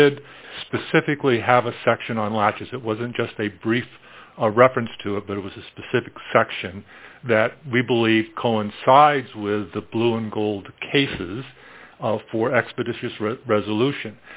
did specifically have a section on latches it wasn't just a brief reference to it but it was a specific section that we believe coincides with the blue and gold cases for expeditious resolution